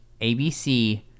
ABC